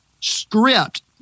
script